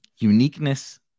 Uniqueness